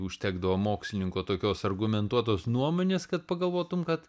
užtekdavo mokslininko tokios argumentuotos nuomonės kad pagalvotum kad